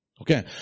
Okay